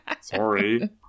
sorry